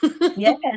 Yes